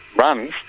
runs